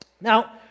Now